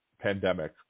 pandemic